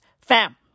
Fam